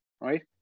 right